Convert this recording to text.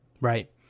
right